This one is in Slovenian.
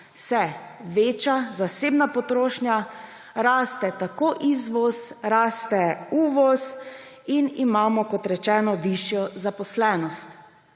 se veča zasebna potrošnja, raste izvoz, raste uvoz in imamo, kot rečeno, višjo zaposlenost.